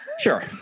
Sure